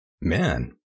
Man